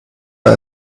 wer